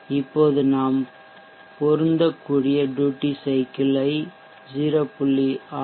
இப்போது நாம் பொருந்தக்கூடிய ட்யூட்டி சைக்கிள் ஐ 0